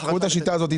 אבל קחו את השיטה הזאת,